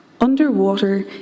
Underwater